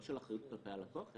לא של אחריות כלפי הלקוח,